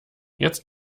jetzt